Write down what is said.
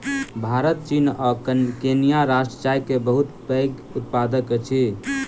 भारत चीन आ केन्या राष्ट्र चाय के बहुत पैघ उत्पादक अछि